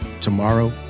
tomorrow